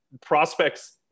prospects –